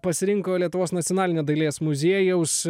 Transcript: pasirinko lietuvos nacionalinio dailės muziejaus